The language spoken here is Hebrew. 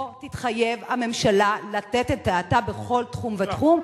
פה תתחייב הממשלה לתת את דעתה בכל תחום ותחום,